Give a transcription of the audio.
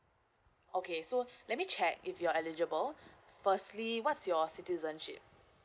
okay so let me check if you're eligible firstly what's your citizenship